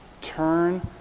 turn